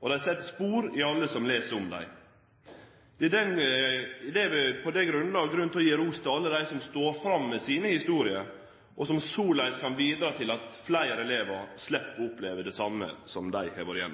og dei set spor i alle som les om dei. Det er på det grunnlaget grunn til å gi ros til alle dei som står fram med sine historier, og som såleis kan bidra til at fleire elevar slepp å oppleve det same som dei har vore